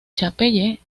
chapelle